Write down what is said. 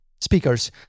speakers